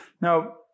Now